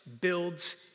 builds